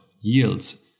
yields